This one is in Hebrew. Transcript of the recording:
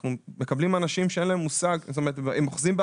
אנחנו מקבלים אנשים שהם אוחזים בהדרכות.